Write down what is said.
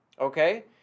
okay